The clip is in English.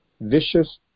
vicious